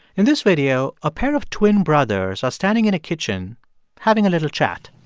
in this video, a pair of twin brothers are standing in a kitchen having a little chat